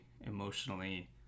emotionally